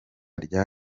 rya